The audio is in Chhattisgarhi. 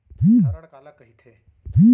धरण काला कहिथे?